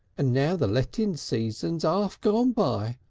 and now the letting season's arf gone by,